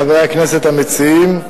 חברי הכנסת המציעים,